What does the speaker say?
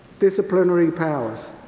disciplinary powers.